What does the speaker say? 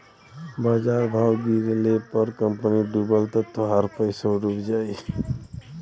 बाजार भाव गिरले पर कंपनी डूबल त तोहार पइसवो डूब जाई